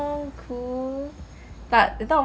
so you want to cook for other people lah